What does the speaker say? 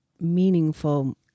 meaningful